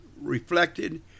reflected